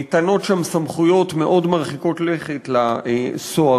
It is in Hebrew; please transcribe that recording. ניתנות שם סמכויות מאוד מרחיקות לכת לסוהרים,